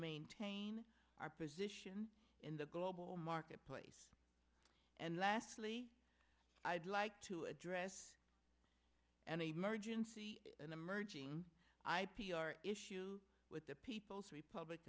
maintain our position in the global marketplace and lastly i'd like to address an emergency an emerging i p r issues with the people's republic